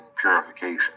purification